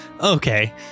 okay